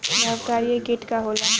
लाभकारी कीट का होला?